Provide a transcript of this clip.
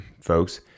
folks